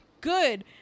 good